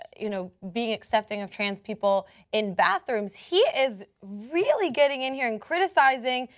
you know, being accepting of trans people in bathrooms. he is really getting in here, and criticizing,